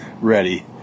ready